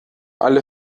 alle